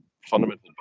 fundamental